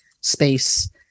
space